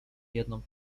jedną